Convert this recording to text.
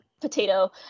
potato